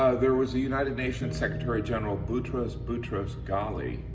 there was a united nations secretary general, boutros boutros-ghali,